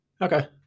Okay